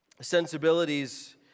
sensibilities